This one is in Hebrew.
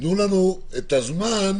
תנו לנו את הזמן